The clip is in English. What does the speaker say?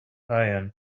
iron